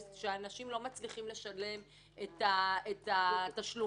שאנשים לא מצליחים לשלם את התשלומים,